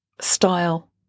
style